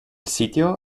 sitio